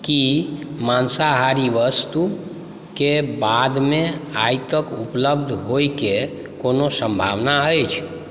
की माँसाहारी वस्तुकेँ बादमे आइ तक उपलब्ध होइके कोनो संभावना अछि